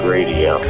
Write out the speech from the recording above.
Radio